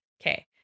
Okay